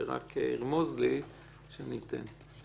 שרק ירמוז לי שאתן לו.